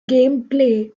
gameplay